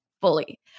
fully